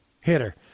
hitter